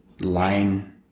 line